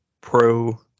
Pro